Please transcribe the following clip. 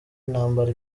intambara